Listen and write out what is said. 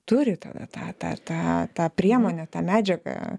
turi tą tą tą tą priemonę tą medžiagą